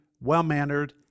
well-mannered